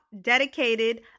Dedicated